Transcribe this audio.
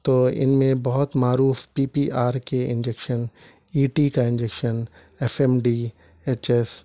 تو ان میں بہت معروف پی پی آر کے انجیکشن ای ٹی کا injection F M D H S